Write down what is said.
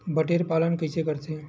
बटेर पालन कइसे करथे?